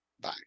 Bye